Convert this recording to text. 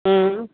हूं